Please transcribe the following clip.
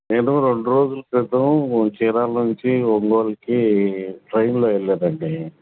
నేను రెండు రోజుల క్రితం చీరాల నుంచి ఒంగోలుకి ట్రైన్లో వెళ్ళానండి